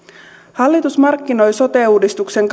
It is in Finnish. hallitus markkinoi sote uudistuksen